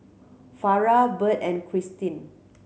Farrah Bert and Kristin